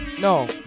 No